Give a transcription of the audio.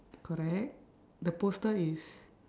correct the poster is